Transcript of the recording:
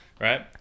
Right